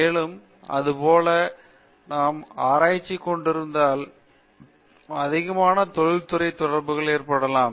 பேராசிரியர் பிரதாப் ஹரிடாஸ் மேலும் அதேபோல் நாம் ஆராய்ச்சிக் மேற்கொண்டிருந்தால் அதிகமான தொழிற்துறை தொடர்புகளும் ஏற்படலாம்